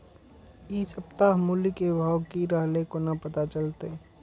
इ सप्ताह मूली के भाव की रहले कोना पता चलते?